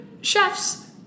chefs